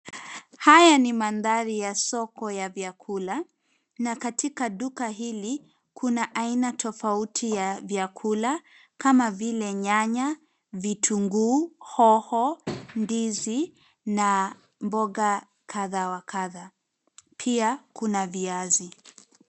Haya ni mandhari ya soko ya vyakula na katika duka hili kunaaina tofauti ya vyakula kama vile nyanya, vitunguu, hoho, ndizi na mboga kadha wa kadha. Pia kuna viazi.